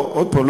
עוד פעם,